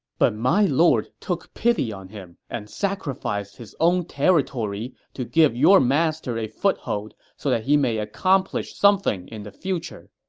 but my lord took pity on him and sacrificed his own territory to give your master a foothold so that he may accomplish something in the future.